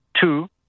Two